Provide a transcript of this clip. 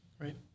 Right